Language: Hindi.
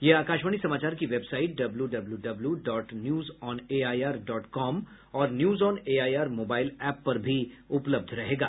यह आकाशवाणी समाचार की website W W W W dot news on AIR dot com और news on AIR mobile app पर भी उपलब्ध रहेगा